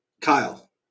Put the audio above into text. Kyle